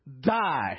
die